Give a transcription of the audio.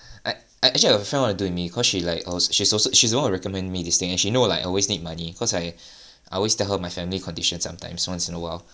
I I actually got a friend want to do with me cause she like she's also the one who recommend me this you know like always need money cause I I always tell her my family condition sometimes once in a while